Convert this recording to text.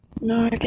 no